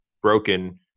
broken